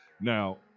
Now